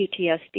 PTSD